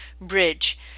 bridge